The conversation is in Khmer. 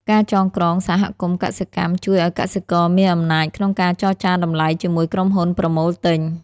ការចងក្រងសហគមន៍កសិកម្មជួយឱ្យកសិករមានអំណាចក្នុងការចរចាតម្លៃជាមួយក្រុមហ៊ុនប្រមូលទិញ។